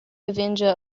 avenger